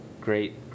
great